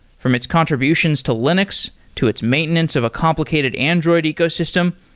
from its contributions to linux, to its maintenance of a complicated android ecosystem,